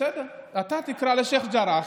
בסדר, אתה תקרא לה שייח ג'ראח.